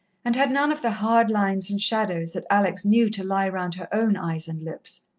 and had none of the hard lines and shadows that alex knew to lie round her own eyes and lips.